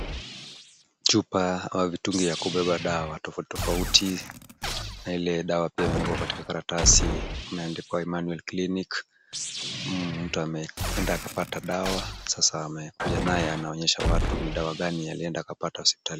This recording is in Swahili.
Chupa au vitungi ya kubeba dawa tofauti tofauta na ile dawa pia imewekwa katika karatasi imeandikwa Immanuel Clinic. Mtu ameenda akapata dawa, sasa amekuja nayo anaonyesha watu ni dawa gani alienda akapata hospitali.